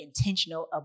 intentional